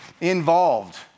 involved